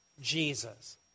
Jesus